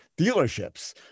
dealerships